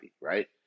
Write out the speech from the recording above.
right